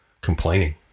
complaining